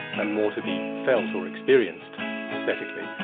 and more to be felt or experienced aesthetically.